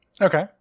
Okay